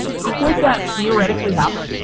could that theoretically happen?